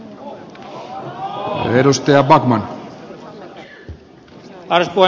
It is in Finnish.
arvoisa puhemies